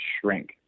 shrink